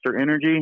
Energy